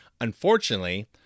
Unfortunately